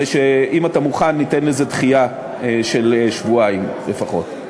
ואם אתה מוכן ניתן לזה דחייה של שבועיים לפחות.